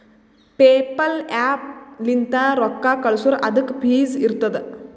PayPal app ಲಿಂತ್ ರೊಕ್ಕಾ ಕಳ್ಸುರ್ ಅದುಕ್ಕ ಫೀಸ್ ಇರ್ತುದ್